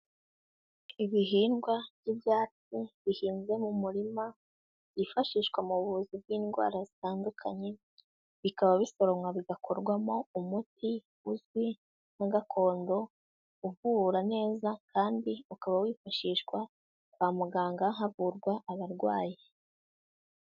Ibihingwa by'ibyatsi bihinze mu murima byifashishwa mu buvuzi bw'indwara zitandukanye, bikaba bisoromwa bigakorwamo umuti uzwi nka gakondo, uvura neza kandi ukaba wifashishwa kwa muganga havurwa abarwayi.